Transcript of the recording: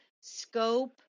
scope